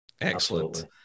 Excellent